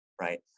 right